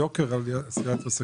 יוקר עשיית עסקים.